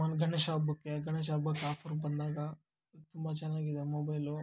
ಒಂದು ಗಣೇಶ ಹಬ್ಬಕ್ಕೆ ಗಣೇಶ ಹಬ್ಬಕ್ಕೆ ಆಫರ್ ಬಂದಾಗ ತುಂಬ ಚೆನ್ನಾಗಿದೆ ಮೊಬೈಲು